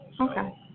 Okay